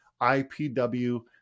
IPW